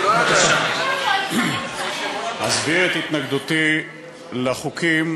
אסביר את התנגדותי לחוקים